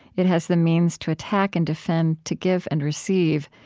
it has the means to attack and defend to give and receive.